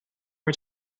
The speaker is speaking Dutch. het